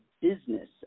business